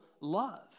love